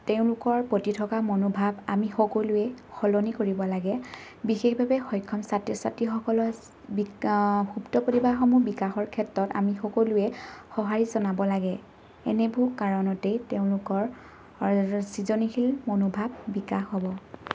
তেওঁলোকৰ প্ৰতি থকা মনোভাৱ আমি সকলোৱে সলনি কৰিব লাগে বিশেষভাৱে সক্ষম ছাত্ৰ ছাত্ৰীসকলৰ বিক সুপ্ত প্ৰতিভাসমূহ বিকাশৰ ক্ষেত্ৰত আমি সকলোৱে সহাঁৰি জনাব লাগে এনেবোৰ কাৰণতেই তেওঁলোকৰ সৃজনশীল মনোভাৱ বিকাশ হ'ব